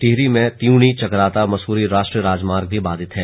टिहरी में त्यूनी चकराता मसूरी राष्ट्रीय राजमार्ग भी बाधित है